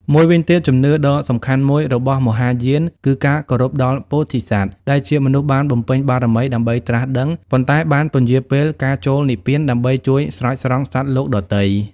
មួយវិញទៀតជំនឿដ៏សំខាន់មួយរបស់មហាយានគឺការគោរពដល់ ពោធិសត្វ ដែលជាបុគ្គលបានបំពេញបារមីដើម្បីត្រាស់ដឹង ប៉ុន្តែបានពន្យារពេលការចូលនិព្វានដើម្បីជួយស្រោចស្រង់សត្វលោកដទៃ។